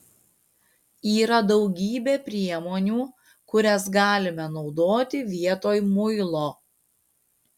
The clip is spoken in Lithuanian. yra daugybė priemonių kurias galime naudoti vietoj muilo